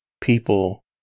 people